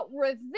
revenge